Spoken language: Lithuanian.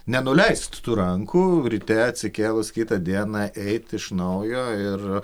nenuleist tų rankų ryte atsikėlus kitą dieną eit iš naujo ir